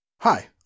Hi